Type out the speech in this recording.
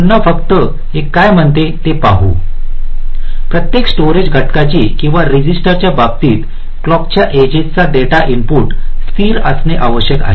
पुन्हा फक्त हे काय म्हणते ते पाहू प्रत्येक स्टोरेज घटकाची किंवा रजिस्टरच्या बाबतीत क्लॉकच्या एजेस चा डेटा इनपुट स्थिर असणे आवश्यक आहे